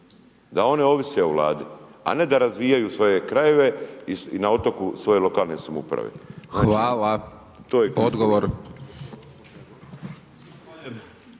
da oni ovise o Vlade, a ne da razvijaju svoje krajeve i na otoku svoje lokalne samouprave. **Hajdaš